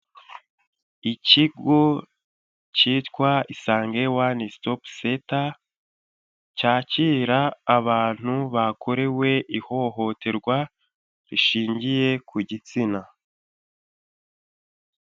Ikigo cyitwa isange one stop center cyakira abantu bakorewe ihohoterwa rishingiye ku gitsina.